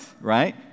right